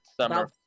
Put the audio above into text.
summer